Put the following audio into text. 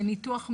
זה ניתוח מאוד.